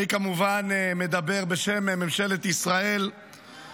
אני מדבר בשם ממשלת ישראל, כמובן.